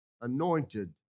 anointed